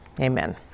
Amen